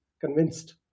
convinced